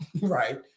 right